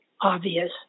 obvious